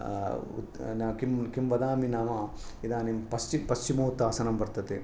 किं किं वदामि नाम इदानीं पश्चिम् पश्चिमोत्तासनं वर्तते